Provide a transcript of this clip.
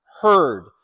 heard